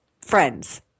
friends